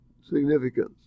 significance